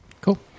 cool